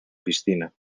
piscina